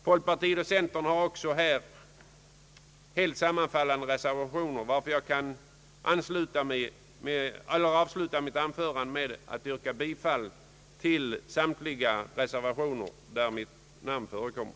Folkpartiet och centern har också här helt sammanfallande reservationer, varför jag kan avsluta mitt anförande med att yrka bifall till samtliga reservationer där mitt namn förekommer.